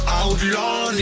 outlaw